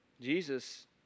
Jesus